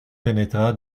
pénétra